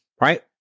right